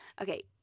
Okay